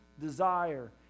desire